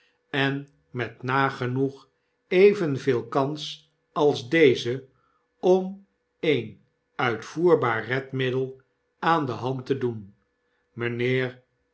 en met nagenoeg evenveel kans als deze om een uitvoerbaar redmiddel aan de hand te doen mynheer